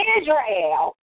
Israel